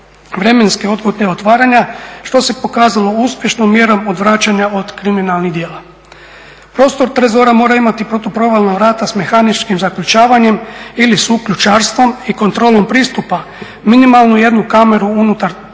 vremenske … otvaranja što se pokazalo uspješnom mjerom odvraćanja od kriminalnih djela. Prostor trezora mora imati protuprovalna vrata s mehaničkim zaključavanjem ili suključarstvom i kontrolu pristupa, minimalno jednu kameru unutar trezora